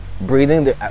breathing